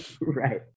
right